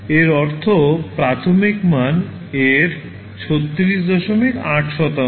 এর অর্থ প্রাথমিক মান এর 368 শতাংশ